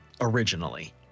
originally